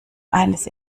eines